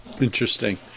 Interesting